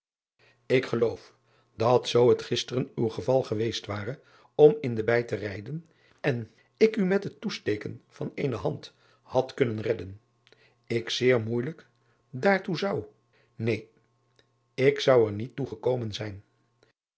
k geloof dat zoo het gisteren uw geval geweest ware om in de bijt te rijden en ik u met het toesteken van eene hand had kunnen redden ik zeer moeijelik daartoe zou neen ik zou er niet toe gekomen zijn